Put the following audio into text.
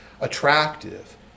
attractive